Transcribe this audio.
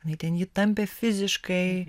jinai ten jį tampė fiziškai